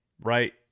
right